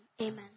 Amen